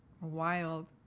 wild